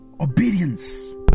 obedience